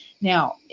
Now